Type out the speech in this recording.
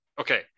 Okay